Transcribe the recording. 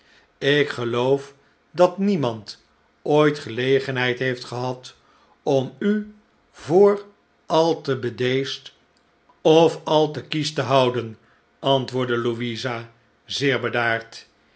ik geloof dat niemand ooit gelegenheid heeft gehad om u voor al te bedeesd of al te kiesch te houden antwoordde louisa zeer bedaard